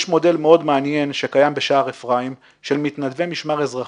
יש מודל מאוד מעניין שקיים בשער אפרים של מתנדבי משמר אזרחי,